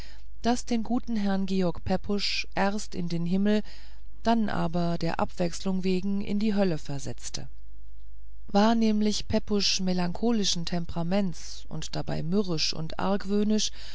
das den guten herrn georg pepusch erst in den himmel dann aber der abwechslung wegen in die hölle versetzte war nämlich pepusch melancholischen temperaments und dabei mürrisch und argwöhnisch